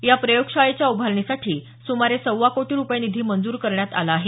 या प्रयोगशाळेच्या उभारणीसाठी सुमारे सव्वा कोटी रुपये निधी मंजूर करण्यात आला आहे